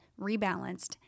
rebalanced